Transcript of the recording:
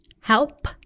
help